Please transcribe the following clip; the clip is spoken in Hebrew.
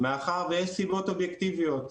מאחר ויש סיבות אובייקטיביות.